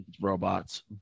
robots